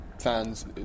fans